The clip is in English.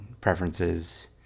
preferences